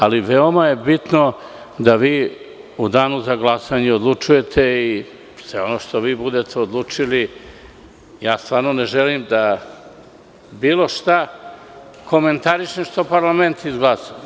Ali, veoma je bitno da vi u Danu za glasanje odlučujete i sve ono što vi budete odlučili, stvarno ne želim da bilo šta komentarišem što parlament izglasa.